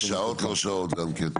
ובשעות לא שעות גם כן.